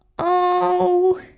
ohhh.